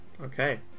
Okay